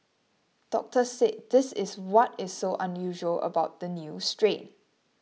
doctors said this is what is so unusual about the new strain